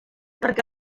perquè